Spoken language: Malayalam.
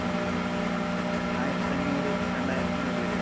ഒരു ആയിരത്തഞ്ഞൂറ് രണ്ടായിരത്തിന്റെ ഉള്ളിൽ